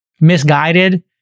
misguided